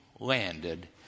Landed